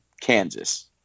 Kansas